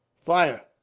fire!